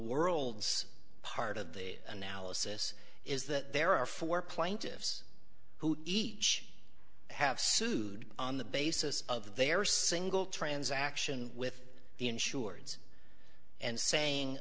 worlds part of the analysis is that there are four plaintiffs who each have sued on the basis of their single transaction with the insureds and saying